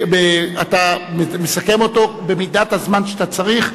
אתה מסכם אותו במידת הזמן שאתה צריך,